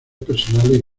personales